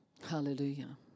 Hallelujah